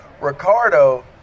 Ricardo